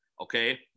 okay